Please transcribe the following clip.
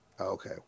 Okay